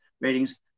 ratings